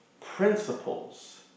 principles